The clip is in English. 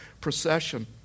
procession